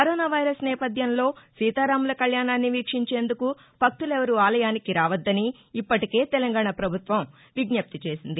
corona virus నేపథ్యంలో సీతారాముల కళ్యాణాన్ని వీక్షించేందుకు భక్తులేవరూ ఆలయానికి రవద్గని ఇప్పటికే తెలంగాణ ప్రభుత్వం విజ్జప్తి చేసింది